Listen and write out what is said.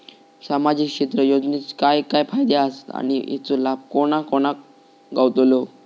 सामजिक क्षेत्र योजनेत काय काय फायदे आसत आणि हेचो लाभ कोणा कोणाक गावतलो?